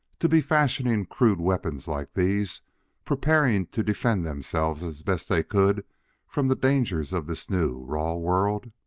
to be fashioning crude weapons like these preparing to defend themselves as best they could from the dangers of this new, raw world!